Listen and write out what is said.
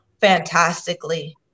fantastically